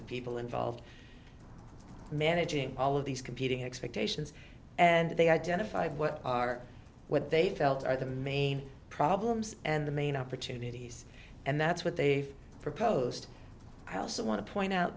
of people involved managing all of these competing expectations and they identified what are what they felt are the main problems and the main opportunities and that's what they've proposed i also want to point out